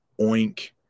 oink